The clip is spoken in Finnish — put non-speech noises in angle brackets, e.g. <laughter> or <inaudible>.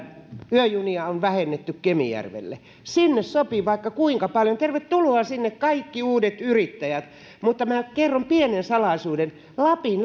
yöjunia kemijärvelle on vähennetty sinne sopii vaikka kuinka paljon tervetuloa sinne kaikki uudet yrittäjät mutta minä kerron pienen salaisuuden lapin <unintelligible>